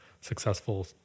successful